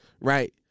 Right